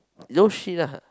no shit ah